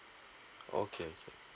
okay okay